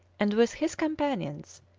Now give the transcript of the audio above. and with his companions,